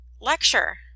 lecture